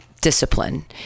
discipline